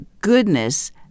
goodness